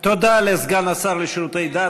תודה לסגן השר לשירותי הדת,